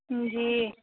जी